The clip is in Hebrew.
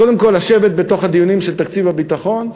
קודם כול לשבת בתוך הדיונים של תקציב הביטחון,